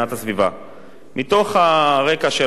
מתוך הרקע של אסון מקסיקו האחרון.